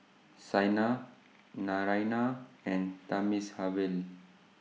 Saina Naraina and Thamizhavel